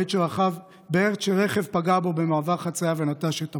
בעת שרכב פגע בו במעבר חציה ונטש את המקום.